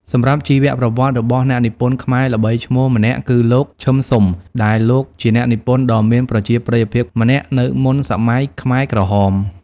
សម្រាប់ជីវប្រវត្តិរបស់អ្នកនិពន្ធខ្មែរល្បីឈ្មោះម្នាក់គឺលោក ឈឹម ស៊ុម ដែលលោក ជាអ្នកនិពន្ធដ៏មានប្រជាប្រិយភាពម្នាក់នៅមុនសម័យខ្មែរក្រហម។